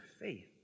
faith